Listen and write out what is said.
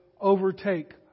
overtake